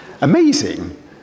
Amazing